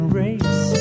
race